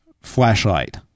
flashlight